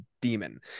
demon